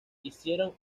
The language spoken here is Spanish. hicieron